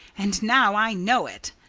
and now i know it.